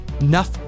Enough